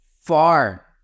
far